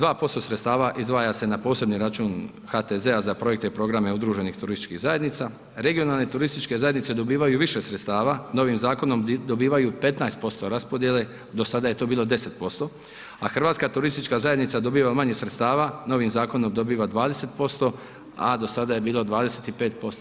2% sredstava izdvaja se na posebni račun HTZ-a za projekte i programe udruženih turističkih zajednica, regionalne turističke zajednice dobivaju više sredstava novim zakonom dobivaju 15% raspodjele do sada je to bilo 10%, a Hrvatska turistička zajednica dobiva manje sredstava, novim zakonom dobiva 20%, a do sada je bilo 25%